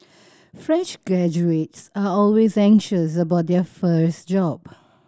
fresh graduates are always anxious about their first job